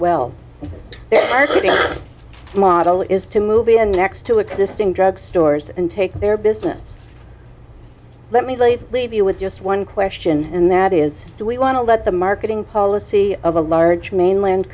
the model is to move in next to existing drug stores and take their business let me leave leave you with just one question and that is do we want to let the marketing policy of a large mainland